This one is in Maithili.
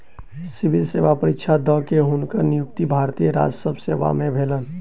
सिविल सेवा परीक्षा द के, हुनकर नियुक्ति भारतीय राजस्व सेवा में भेलैन